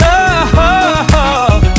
Love